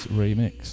remix